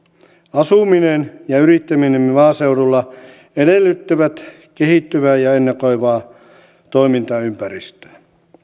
asuminen ja yrittäminen maaseudulla edellyttävät kehittyvää ja ennakoivaa toimintaympäristöä